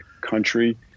country